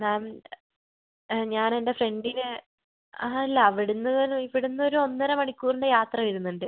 മാം ഞാൻ എൻ്റെ ഫ്രണ്ടിന് അല്ല അവിടുന്നൊരു ഇവിടുന്നൊരു ഒന്നര മണിക്കൂറിൻ്റെ യാത്ര വരുന്നുണ്ട്